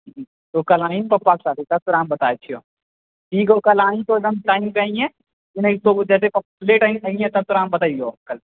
तों कल आही ने पप्पा के साथे तब तोरा हम बताबै छियौ ठीक है कल आबिहे तऽ एकदम टाइम पे अबिहे ने तऽ तू लेट आबहिय तब तोरा हम बतेबौ